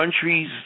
countries